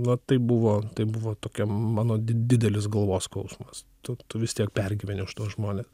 va tai buvo tai buvo tokia mano didelis galvos skausmas tu tu vis tiek pergyveni už tuos žmones